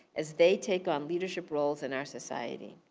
as they take on leadership roles in our society.